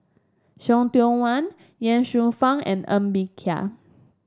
See Tiong Wah Ye Shufang and Ng Bee Kia